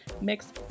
mix